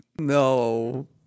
No